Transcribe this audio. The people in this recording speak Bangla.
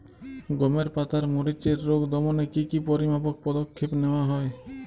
গমের পাতার মরিচের রোগ দমনে কি কি পরিমাপক পদক্ষেপ নেওয়া হয়?